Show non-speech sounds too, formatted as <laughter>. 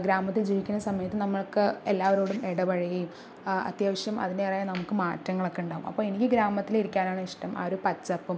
ഗ്രാമത്തിൽ ജീവിക്കുന്ന സമയത്ത് നമ്മൾക്ക് എല്ലാവരോടും എ ഇടപഴകിയും അത്യാവശ്യം അതിൻ്റെ ഇടെ <unintelligible> നമുക്ക് മാറ്റങ്ങളൊക്കെ ഉണ്ടാവും അപ്പോൾ എനിക്ക് ഗ്രാമത്തിലിരിക്കാനാണ് ഇഷ്ടം ആ ഒരു പച്ചപ്പും